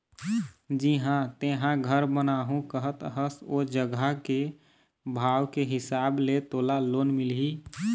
जिहाँ तेंहा घर बनाहूँ कहत हस ओ जघा के भाव के हिसाब ले तोला लोन मिलही